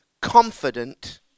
confident